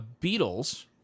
Beatles